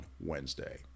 Wednesday